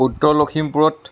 উত্তৰ লক্ষীমপুৰত